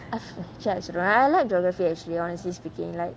I actually I also don't know I like geography actually honestly speaking like